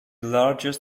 largest